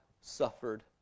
suffered